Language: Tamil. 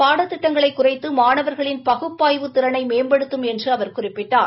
பாடத்திட்டங்களை குறைத்து மாணவர்களின் பகுப்பாய்வு திறளை மேம்படுத்தும் என்று அவர் குறிப்பிட்டார்